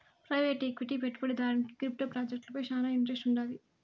private equity పెట్టుబడిదారుడికి crypto ప్రాజెక్టులపై శానా ఇంట్రెస్ట్ వుండాది